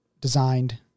designed